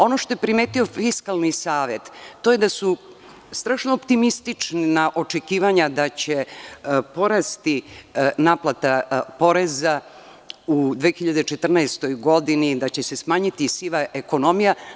Ono što je primetio Fiskalni savet to je da su strašno optimistična očekivanja da će porasti naplata poreza u 2014. godini, da će se smanjiti siva ekonomija.